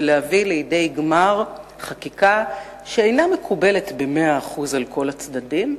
ולהביא לידי גמר חקיקה שאינה מקובלת במאה אחוז על כל הצדדים,